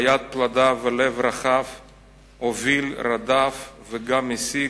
ביד פלדה ולב רחב,/ הוביל, רדף וגם השיג,